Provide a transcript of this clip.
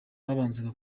babanzaga